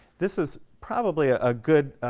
this is probably a ah good